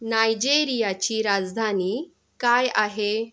नायजेरियाची राजधानी काय आहे